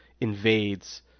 invades